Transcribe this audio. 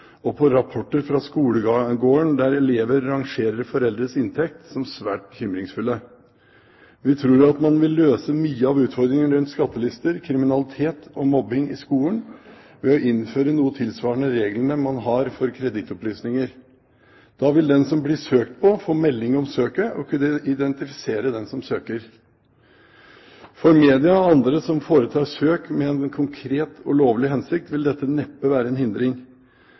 og at man får rapporter fra skolegården der elever rangerer foreldres inntekt, som svært bekymringsfulle. Vi tror at man vil løse mye av utfordringene rundt skattelister, kriminalitet og mobbing i skolen ved å innføre noe tilsvarende reglene man har for kredittopplysninger. Da vil den som blir søkt på, få melding om søket og kunne identifisere den som søker. For media og andre som foretar søk med en konkret og lovlig hensikt, vil dette neppe være en hindring,